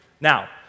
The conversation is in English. Now